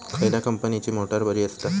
खयल्या कंपनीची मोटार बरी असता?